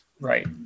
Right